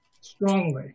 strongly